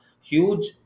huge